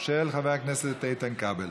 נעבור